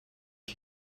was